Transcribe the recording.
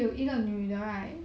mm